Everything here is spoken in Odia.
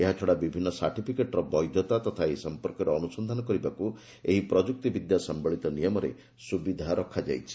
ଏହାଛଡ଼ା ବିଭିନ୍ନ ସାର୍ଟିଫିକେଟ୍ର ବୈଧତା ତଥା ଏ ସମ୍ପର୍କରେ ଅନୁସନ୍ଧାନ କରିବାକୁ ଏହି ପ୍ରଯୁକ୍ତି ବିଦ୍ୟା ସମ୍ବଳିତ ନିୟମରେ ସୁବିଧା ରଖାଯାଇଛି